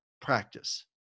practice